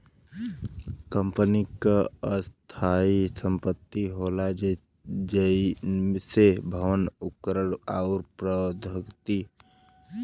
company क स्थायी संपत्ति होला जइसे भवन, उपकरण आउर प्रौद्योगिकी